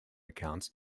accounts